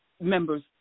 members